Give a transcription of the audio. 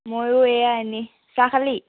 ময়ো এয়াই এনে চাহ খালি